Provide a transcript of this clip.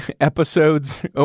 episodes